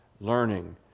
learning